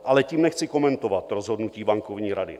Ale tím nechci komentovat rozhodnutí bankovní rady.